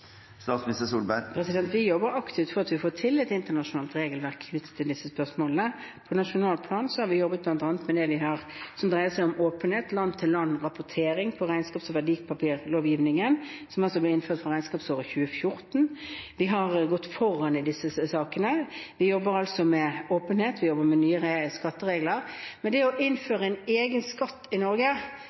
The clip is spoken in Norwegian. Vi jobber aktivt for å få til et internasjonalt regelverk knyttet til disse spørsmålene. På nasjonalt plan har vi jobbet bl.a. med det som dreier seg om åpenhet, land-til-land-rapportering på regnskaps- og verdipapirlovgivningen, som altså ble innført fra regnskapsåret 2014. Vi har gått foran i disse sakene. Vi jobber altså med åpenhet, vi jobber med nye skatteregler, men det å innføre en egen skatt i Norge